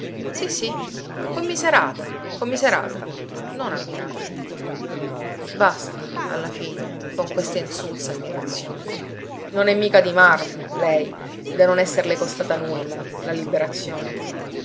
sì sì commiserata commiserata non ammirata basta alla fine con questa insulsa ammirazione non è mica di marmo lei da non esserle costata nulla la liberazione